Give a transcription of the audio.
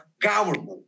government